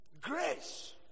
grace